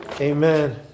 Amen